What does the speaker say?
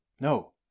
No